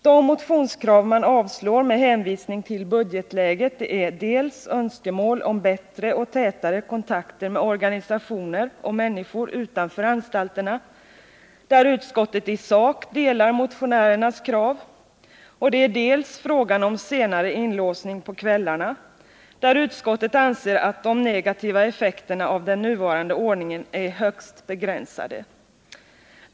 De motionskrav man avstyrker med hänvisning till budgetläget är dels önskemål om bättre och tätare kontakter med organisationer och människor utanför anstalterna, där utskottet i sak delar motionärernas uppfattning, dels krav på senare inlåsning på kvällarna, där utskottet anser att de negativa effekterna av den nuvarande ordningen är högst begränsade.